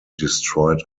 destroyed